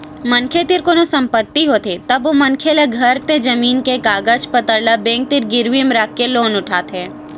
मनखे तीर कोनो संपत्ति होथे तब ओ मनखे ल घर ते जमीन के कागज पतर ल बेंक तीर गिरवी म राखके लोन उठाथे